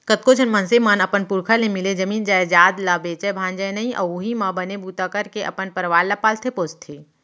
कतको झन मनसे मन अपन पुरखा ले मिले जमीन जयजाद ल बेचय भांजय नइ अउ उहीं म बने बूता करके अपन परवार ल पालथे पोसथे